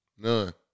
None